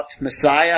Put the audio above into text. Messiah